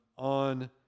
On